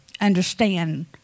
understand